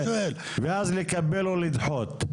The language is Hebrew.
ואז לקבל או לדחות.